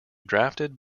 drafted